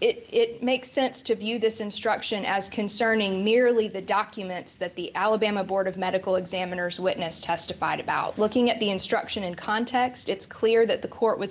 it makes sense to view this instruction as concerning nearly the documents that the alabama board of medical examiners witness testified about looking at the instruction in context it's clear that the court was